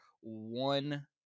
one